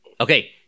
Okay